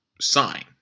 sign